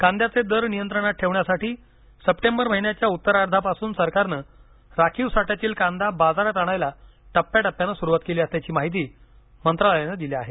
कांद्याचे दर नियंत्रणात ठेवण्यासाठी सप्टेंबर महिन्याच्या उत्तरार्धापासुन सरकारनं राखीव साठ्यातील कांदा बाजारता आणायला टप्प्याटप्प्यानं सुरुवात केली असल्याची माहिती मंत्रालयानं दिली आहे